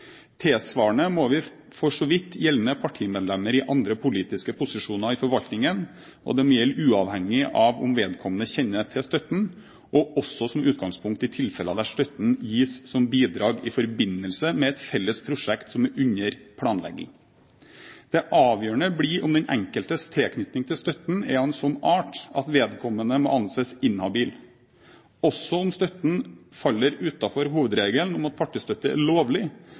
Tilsvarende må for så vidt gjelde for partimedlemmer i andre politiske posisjoner i forvaltningen, og det må gjelde uavhengig av om vedkommende kjenner til støtten, og også som utgangspunkt i tilfeller der støtten gis som bidrag i forbindelse med et felles prosjekt som er under planlegging. Det avgjørende blir om den enkeltes tilknytning til støtten er av en slik art at vedkommende må anses inhabil. Også om støtten faller utenfor hovedregelen om at partistøtte er lovlig,